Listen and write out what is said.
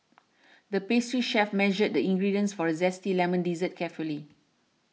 the pastry chef measured the ingredients for a Zesty Lemon Dessert carefully